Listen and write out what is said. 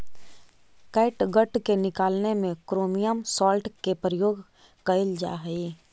catgut के निकालने में क्रोमियम सॉल्ट के प्रयोग कइल जा हई